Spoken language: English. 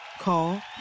Call